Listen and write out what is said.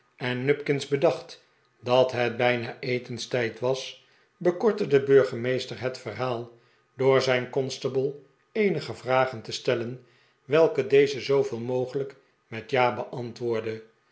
en nupkins bedacht dat het bijna etenstijd was bekortte de burgemeester het verhaal door zijn constable eenige vragen te stellen welke deze zooveel mogelijk met ja beantwoordde